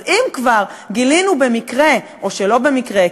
אז אם כבר גילינו במקרה או שלא במקרה,